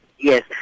Yes